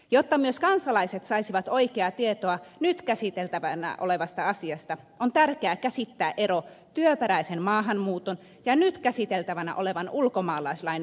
jotta myös kansalaiset saisivat oikeaa tietoa nyt käsiteltävänä olevasta asiasta on tärkeää käsittää ero työperäisen maahanmuuton ja nyt käsiteltävänä olevan ulkomaalaislain vaikutuspiirin välillä